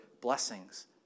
blessings